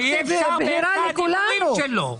בסדר, אבל אי אפשר באמצע הדברים שלו.